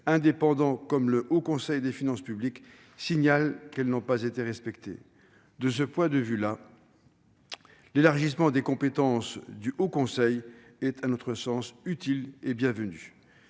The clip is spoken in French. indépendants, comme le Haut Conseil des finances publiques, signalent que ces règles n'ont pas été respectées. De ce point de vue, l'élargissement des compétences du Haut Conseil est, à notre sens, utile et bienvenu.